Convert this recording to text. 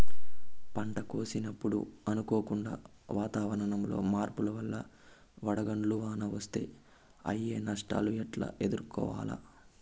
పంట కోసినప్పుడు అనుకోకుండా వాతావరణంలో మార్పుల వల్ల వడగండ్ల వాన వస్తే అయ్యే నష్టాలు ఎట్లా ఎదుర్కోవాలా?